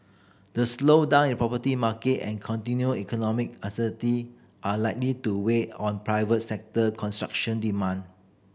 the slowdown in the property market and continued economic uncertainty are likely to weigh on private sector construction demand